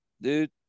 dude